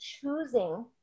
choosing